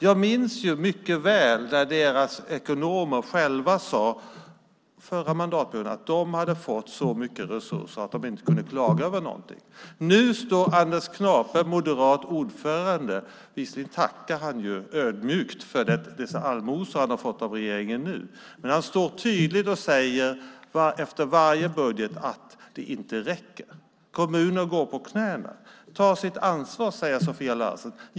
Jag minns mycket väl när deras ekonomer då själva sade att de hade fått så mycket resurser att de inte kunde klaga över någonting. Nu är moderaten Anders Knape ordförande. Visserligen tackar han ödmjukt för de allmosor han har fått av regeringen nu, men han står tydligt och säger efter varje budget att det inte räcker. Kommuner går på knäna. Ta sitt ansvar, säger Sofia Larsen.